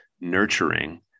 nurturing